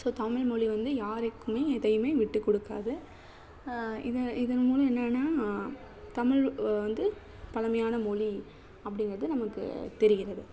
so Tamil மொழி வந்து யாருக்குமே எதையுமே விட்டுக் கொடுக்காது இதை இதன் மூலம் என்னென்னா தமிழ் வந்து பழமையான மொழி அப்படிங்கிறது நமக்கு தெரிகிறது